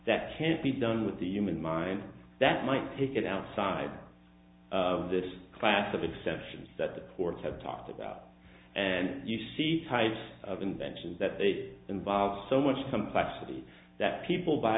that can't be done with the human mind that might take it outside of this class of exceptions that the courts have talked about and you see types of inventions that they involve so much complexity that people by